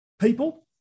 people